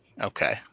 Okay